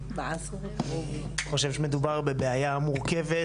אני חושב שמדובר בבעיה מורכבת,